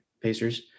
Pacers